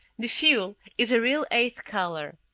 the fuel is a real eighth color.